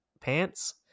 pants